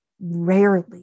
rarely